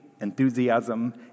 enthusiasm